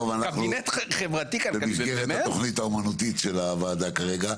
מאחר ואנחנו במסגרת התוכנית האומנותית של הוועדה כרגע,